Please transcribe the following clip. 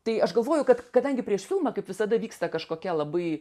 tai aš galvoju kad kadangi prieš filmą kaip visada vyksta kažkokia labai